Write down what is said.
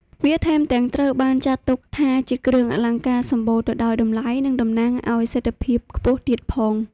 វាថែមទាំងត្រូវបានចាត់ទុកថាជាគ្រឿងអលង្ការសម្បូរទៅដោយតម្លៃ និងតំណាងឲ្យសេដ្ឋភាពខ្ពស់ទៀតផង។